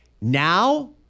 Now-